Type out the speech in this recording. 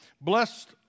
Blessed